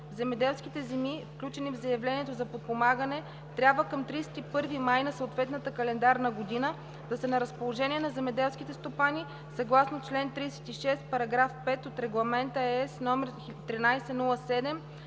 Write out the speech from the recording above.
Земеделските земи, включени в заявлението за подпомагане, трябва към 31 май на съответната календарна година да са на разположение на земеделските стопани съгласно чл. 36, параграф 5 от Регламент (ЕС) № 1307/2013,